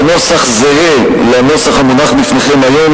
בנוסח זהה לנוסח המונח בפניכם היום,